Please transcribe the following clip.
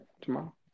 tomorrow